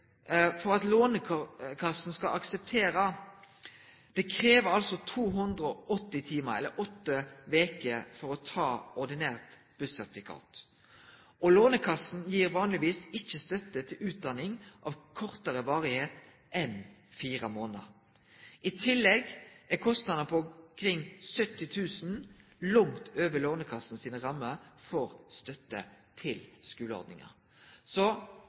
280 timar, eller åtte veker, for å ta ordinært bussertifikat. Lånekassa gir vanlegvis ikkje støtte til utdanning av kortare varigheit enn fire månader. I tillegg er kostnadene på omkring 70 000 – langt over Lånekassa sine rammer for støtte til